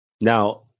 Now